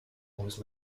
was